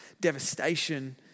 devastation